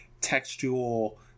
textual